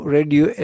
Radio